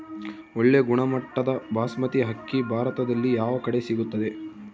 ಒಳ್ಳೆ ಗುಣಮಟ್ಟದ ಬಾಸ್ಮತಿ ಅಕ್ಕಿ ಭಾರತದಲ್ಲಿ ಯಾವ ಕಡೆ ಸಿಗುತ್ತದೆ?